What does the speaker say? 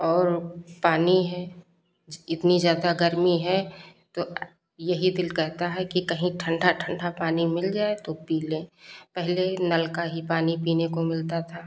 और पानी है इतनी ज़्यादा गर्मी है तो यही दिल करता है कि कहीं ठंडा ठंडा पानी मिल जाए तो पी लें पहले नल का ही पानी पीने को मिलता था